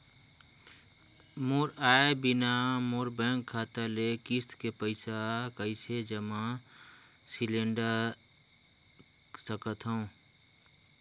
मोर आय बिना मोर बैंक खाता ले किस्त के पईसा कइसे जमा सिलेंडर सकथव?